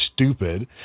stupid